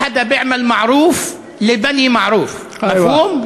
אף אחד לא עושה טובה ל"בני מערוף".) איוא.